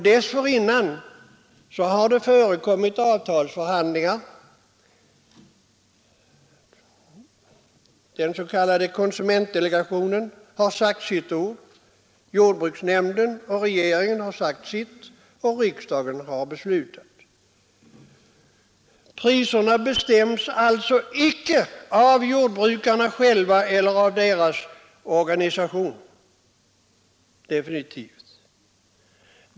Det har först förekommit avtalsförhandlingar, den s.k. konsumentdelegationen har sagt sitt ord, jordbruksnämnden och regeringen har sagt sitt och riksdagen har beslutat. Priserna bestäms alltså definitivt icke av jordbrukarna själva eller av deras organisationer.